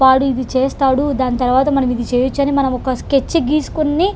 వాడు ఇది చేస్తాడు దాని తర్వాత మనం ఇది చేయొచ్చని మనమొక స్కెచ్ గీసుకుని